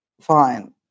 fine